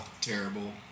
Terrible